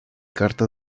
carta